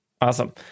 Awesome